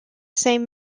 same